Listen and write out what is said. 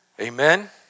Amen